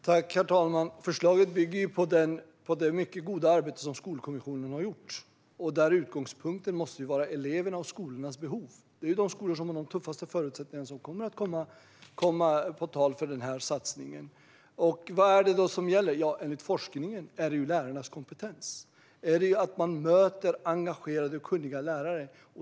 Herr talman! Förslaget bygger på det mycket goda arbete som Skolkommissionen har gjort. Utgångspunkten måste vara elevernas och skolornas behov. Det är de skolor som har de tuffaste förutsättningarna som kommer att komma i fråga för denna satsning. Vad är det då som gäller? Enligt forskningen är det lärarnas kompetens - att man möter engagerade och kunniga lärare.